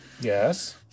Yes